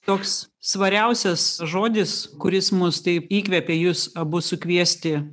toks svariausias žodis kuris mus taip įkvėpė jus abu sukviesti